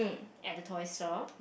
at the toy store